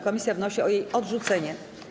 Komisja wnosi o jej odrzucenie.